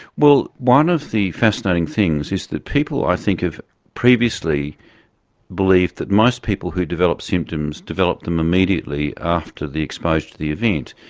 well, one of the fascinating things is that people i think have previously believed that most people who've develop symptoms develop them immediately after the exposure to the event.